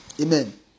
Amen